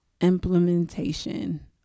implementation